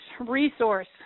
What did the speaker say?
resource